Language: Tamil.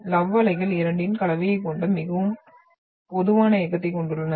லவ் அலைகள் இரண்டின் கலவையைக் கொண்ட மிகவும் பொதுவான இயக்கத்தைக் கொண்டுள்ளன